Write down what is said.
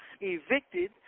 evicted